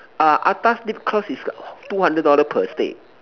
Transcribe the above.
uh atas lip gloss is two hundred dollar per stick